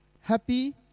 Happy